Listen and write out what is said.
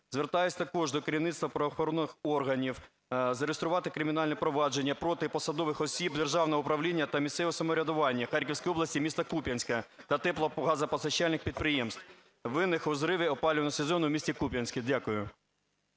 Звертаюсь також до керівництва правоохоронних органів зареєструвати кримінальне провадження проти посадових осіб державного управління та місцевого самоврядування Харківської області, міста Куп'янська та тепло- , газопостачальних підприємств, винних у зриві опалювального сезону у місті Куп'янську. Дякую.